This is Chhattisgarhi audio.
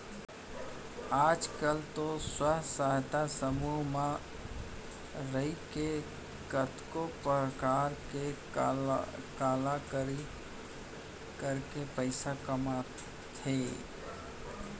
आज काल तो स्व सहायता समूह म रइके कतको परकार के कलाकारी करके पइसा कमावत हें